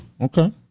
Okay